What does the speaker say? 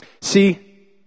See